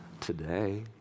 today